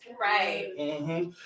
Right